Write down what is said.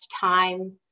time